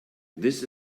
this